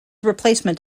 replacement